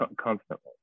constantly